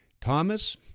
Thomas